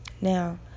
Now